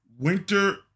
winter